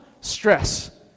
stress